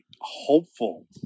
hopeful